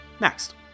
Next